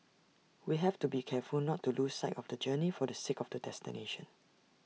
we have to be careful not to lose sight of the journey for the sake of the destination